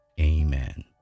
Amen